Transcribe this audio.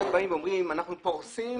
כשאתם אומרים: אנחנו פורסים